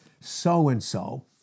so-and-so